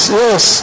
yes